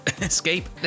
escape